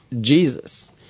Jesus